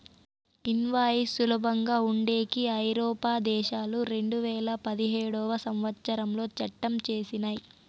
invoice సులభంగా ఉండేకి ఐరోపా దేశాలు రెండువేల పదిహేడవ సంవచ్చరంలో చట్టం చేసినయ్